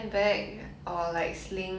so can you describe